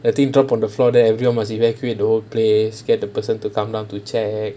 the think drop on the floor then everyone must evacuate the whole place get the person to come down to check